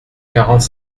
quarante